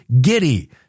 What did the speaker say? giddy